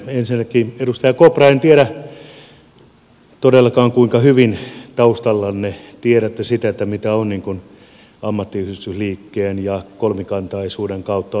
ensinnäkin edustaja kopra en tiedä todellakaan kuinka hyvin taustallanne tiedätte sitä mitä on ammattiyhdistysliikkeen ja kolmikantaisuuden kautta oleva sopimusyhteiskunta